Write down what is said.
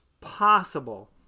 possible